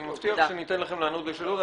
אני מבטיח שניתן לכם לענות לשאלות.